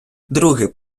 другий